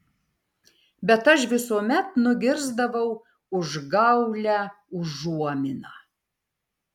bet aš visuomet nugirsdavau užgaulią užuominą